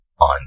on